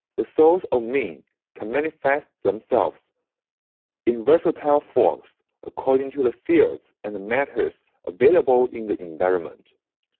the souls of men can manifest themselves in versatile forms according to the fields and the matters available in the environment.